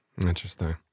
Interesting